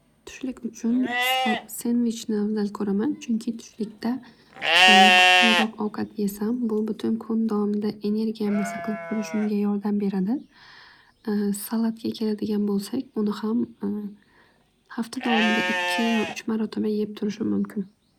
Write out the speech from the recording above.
Tushlik uchun sala- sendvichni avzal ko'raman. Chunki tushlikda kuchliroq ovqat yesam bu butun kun davomida energiyamni saqlab turishimga yordam beradi. Salatga keladigan bo'lsak uni ham hafta davomida ikki yo uch marotaba yeb turishim mumkin.